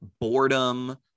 boredom